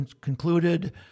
concluded